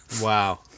Wow